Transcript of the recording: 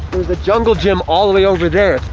there's a jungle gym all the way over there